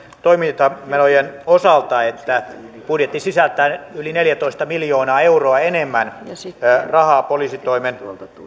toimintamenojen osalta että budjetti sisältää yli neljätoista miljoonaa euroa enemmän rahaa poliisitoimen